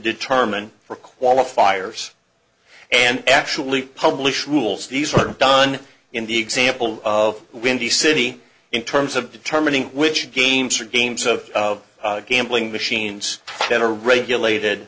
determine for qualifiers and actually publish rules these are done in the example of the windy city in terms of determining which games are games of of gambling machines that are regulated